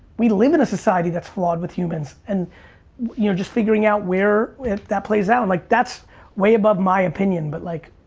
we live in a society that's flawed with humans and you know just figuring out where that plays out and like that's way above my opinion but like,